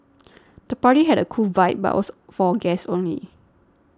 the party had a cool vibe but was for guests only